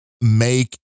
make